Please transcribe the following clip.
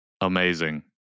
Amazing